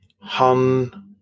Han